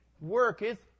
worketh